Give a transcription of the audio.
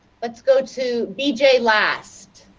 let's go to bj last.